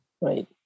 right